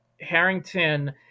Harrington